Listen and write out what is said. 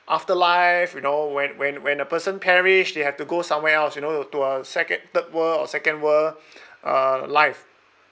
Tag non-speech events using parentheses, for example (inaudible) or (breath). afterlife you know when when when a person perish they have to go somewhere else you know to a second third world or second world (breath) uh life